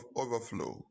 overflow